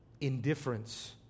indifference